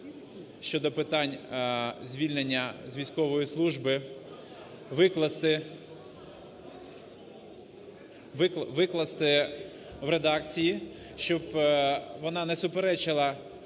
щодо питань звільнення з військової служби викласти в редакції, щоб вона не суперечила